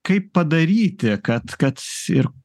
kaip padaryti kad kad ir